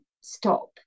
stop